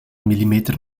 millimeter